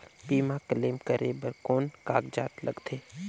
बीमा क्लेम करे बर कौन कागजात लगथे?